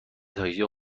تاکسیا